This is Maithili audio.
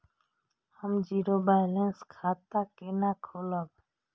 हम जीरो बैलेंस खाता केना खोलाब?